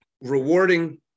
rewarding